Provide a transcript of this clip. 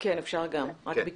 כן, אפשר גם, רק בקצרה.